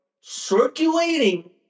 circulating